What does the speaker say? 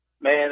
Man